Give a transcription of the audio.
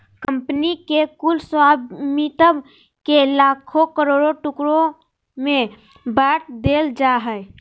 company के कुल स्वामित्व के लाखों करोड़ों टुकड़ा में बाँट देल जाय हइ